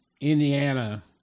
Indiana